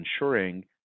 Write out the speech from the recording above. ensuring